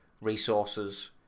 resources